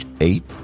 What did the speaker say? eight